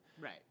Right